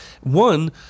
One